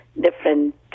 different